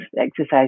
exercise